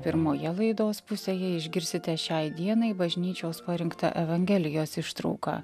pirmoje laidos pusėje išgirsite šiai dienai bažnyčios parinktą evangelijos ištrauką